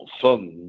fund